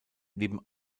neben